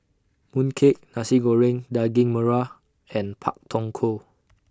Mooncake Nasi Goreng Daging Merah and Pak Thong Ko